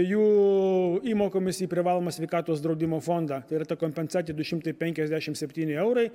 jų įmokomis į privalomą sveikatos draudimo fondą ir ta kompensacija du šimtai penkiasdešimt septyni eurai